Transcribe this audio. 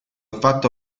fatto